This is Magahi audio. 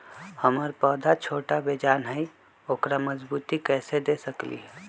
हमर पौधा छोटा बेजान हई उकरा मजबूती कैसे दे सकली ह?